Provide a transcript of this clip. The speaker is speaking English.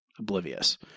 Oblivious